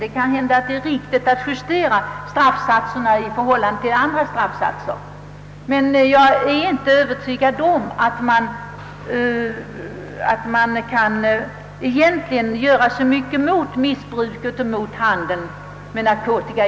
Det kan hända att straffsatserna bör justeras i förhållande till andra straffsatser, men jag är inte övertygad om att man genom en ökning av straffsatserna kan göra så mycket mot missbruket av och handeln med narkotika.